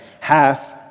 half